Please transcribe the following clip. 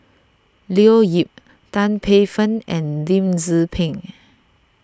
Leo Yip Tan Paey Fern and Lim Tze Peng